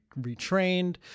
retrained